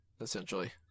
essentially